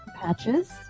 Patches